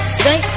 say